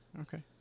Okay